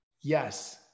Yes